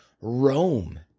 Rome